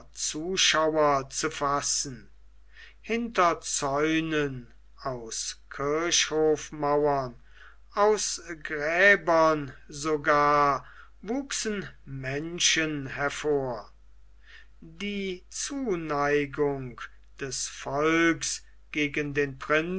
zuschauer zu fassen hinter zäunen aus kirchhofmauern aus gräbern sogar wuchsen menschen hervor die zuneigung des volks gegen den prinzen